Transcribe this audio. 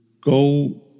go